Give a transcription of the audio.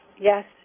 Yes